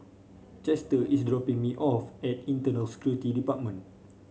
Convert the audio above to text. Chester is dropping me off at Internal Security Department